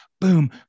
boom